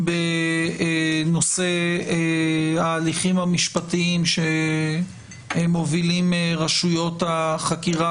בנושא ההליכים המשפטיים שמובילים רשויות החקירה